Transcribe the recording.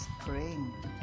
spring